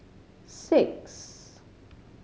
six